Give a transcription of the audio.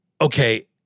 Okay